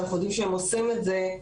ואנחנו יודעים שהם עושים את זה,